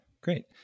great